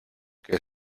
que